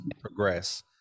progress